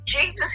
Jesus